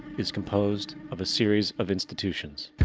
is composed of a series of institutions.